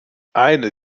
eine